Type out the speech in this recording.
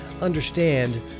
understand